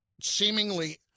seemingly